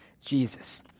Jesus